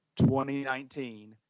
2019